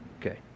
Okay